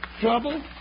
Trouble